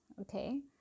okay